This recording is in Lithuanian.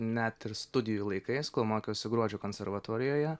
net ir studijų laikais kol mokiausi gruodžio konservatorijoje